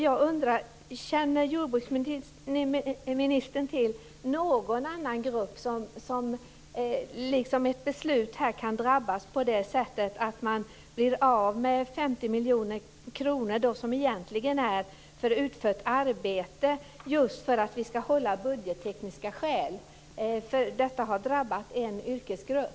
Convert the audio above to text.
Jag undrar om jordbruksministern känner till någon annan grupp som genom ett beslut kan drabbas på det sättet att man blir av med 50 miljoner kronor som egentligen är för utfört arbete, just av budgettekniska skäl. Detta har ju drabbat en yrkesgrupp.